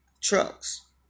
trucks